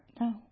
No